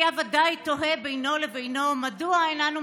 היה בוודאי תוהה בינו לבינו מדוע אין אנו